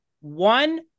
one